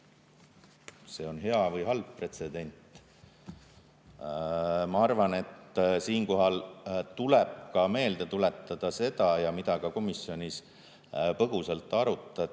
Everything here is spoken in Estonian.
see on hea või halb pretsedent? Ma arvan, et siinkohal tuleb meelde tuletada seda, mida ka komisjonis põgusalt arutati,